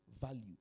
Value